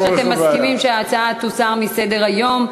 בכך שאתם מסכימים שההצעה תוסר מסדר-היום.